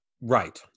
Right